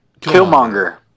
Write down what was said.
Killmonger